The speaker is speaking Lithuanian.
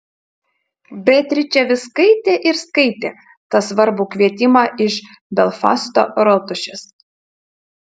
beatričė vis skaitė ir skaitė tą svarbų kvietimą iš belfasto rotušės